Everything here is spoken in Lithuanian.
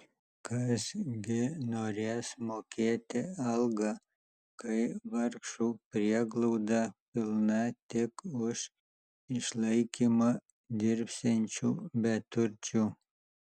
kas gi norės mokėti algą kai vargšų prieglauda pilna tik už išlaikymą dirbsiančių beturčių